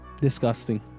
Disgusting